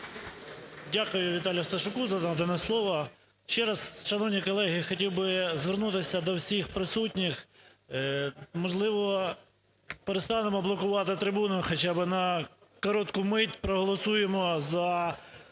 Дякую Віталію Сташуку за надане слово. Ще раз, шановні колеги, хотів би звернутися до всіх присутніх. Можливо, перестанемо блокувати трибуну хоча би на коротку мить, проголосуємо за